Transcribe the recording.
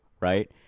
right